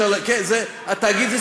על תאגיד.